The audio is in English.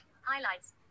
Highlights